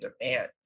demand